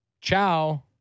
Ciao